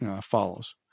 follows